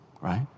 right